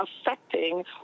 affecting